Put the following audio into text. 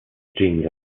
genes